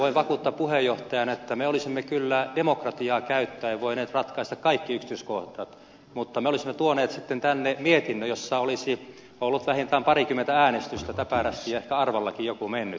voin vakuuttaa puheenjohtajana että me olisimme kyllä demokratiaa käyttäen voineet ratkaista kaikki yksityiskohdat mutta me olisimme sitten tuoneet tänne mietinnön jossa olisi ollut vähintään parikymmentä äänestystä täpärästi ja ehkä arvallakin jokin olisi mennyt